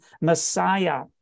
Messiah